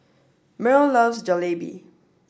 Myrl loves Jalebi